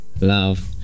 love